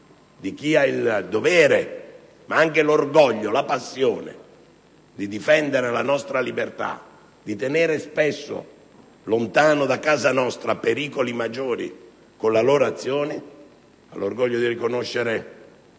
di chi ha il dovere, ma anche l'orgoglio e la passione di difendere la nostra libertà, di tenere spesso lontano da casa nostra pericoli maggiori con la loro azione, il merito di rappresentare